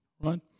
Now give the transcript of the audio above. right